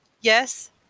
Yes